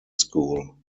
school